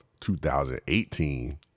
2018